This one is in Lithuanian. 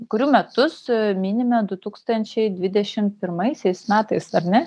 kurių metus minime du tūkstančiai dvidešim pirmaisiais metais ar ne